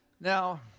Now